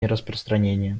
нераспространения